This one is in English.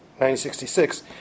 1966